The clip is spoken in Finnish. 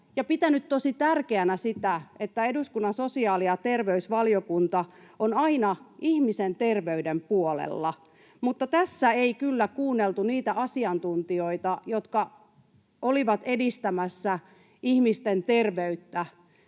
pitänyt tosi tärkeänä sitä, että eduskunnan sosiaali‑ ja terveysvaliokunta on aina ihmisen terveyden puolella, mutta tässä ei kyllä kuunneltu niitä asiantuntijoita, jotka olivat edistämässä ihmisten terveyttä